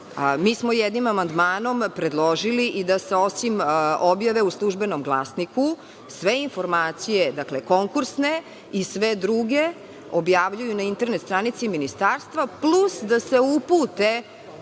pozivali. Jednim amandmanom smo predložili da se, osim objave u „Službenom glasniku“, sve informacija, dakle, konkursne i sve druge, objavljuju na internet stranici Ministarstva, plus da se upute